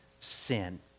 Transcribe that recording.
sin